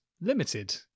limited